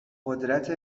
قدرت